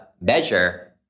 measure